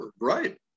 Right